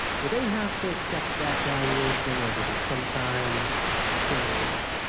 do they have to accept that valuation, or does it sometimes change?